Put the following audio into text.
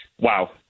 wow